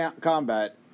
combat